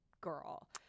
girl